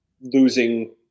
losing